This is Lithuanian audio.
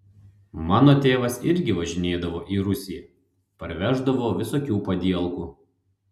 mano tėvas irgi važinėdavo į rusiją parveždavo visokių padielkų